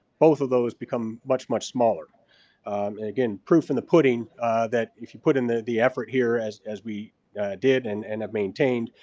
both of those become much, much smaller. and again proof in the pudding that if you put in the the effort here as as we did and and maintained,